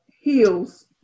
heels